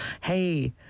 hey